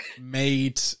made